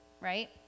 right